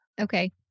Okay